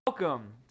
Welcome